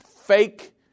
fake